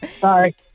Sorry